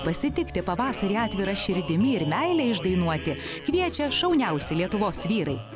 pasitikti pavasarį atvira širdimi ir meilę išdainuoti kviečia šauniausi lietuvos vyrai